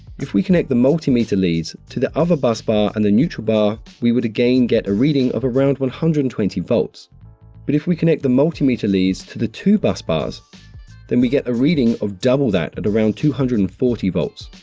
if we connect the multimeter leads to the other bus bar and the neutral bar, we would again get a reading of around one hundred and twenty volts but if we connect the multimeter leads to the two bus bars then we get a reading of double that at around two hundred and forty volts.